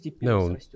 No